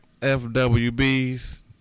FWBs